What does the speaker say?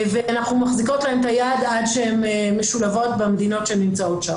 ואנחנו מחזיקות להן את היד עד שהן משולבות במדינות שהן נמצאות.